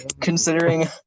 Considering